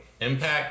Impact